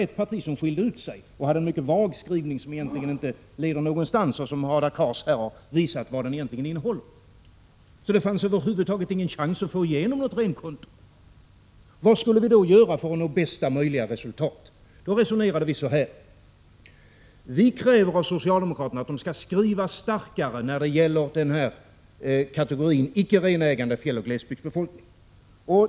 Ett parti skilde ut sig och hade en mycket vag skrivning, som egentligen inte leder någonstans. Hadar Cars har här visat vad den i själva verket innehåller. Det fanns alltså inte någon chans över huvud taget att få igenom ett renkonto. — Prot. 1986/87:50 Vad skulle vi då göra för att nå bästa möjliga resultat? Vi resonerade så 16 december 1986 här: Vi kräver av socialdemokraterna att de skall skriva starkare när det. =Tp a gäller kategorin icke renägande fjälloch glesbygdsbefolkning.